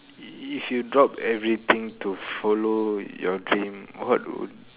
if you drop everything to follow your dream what would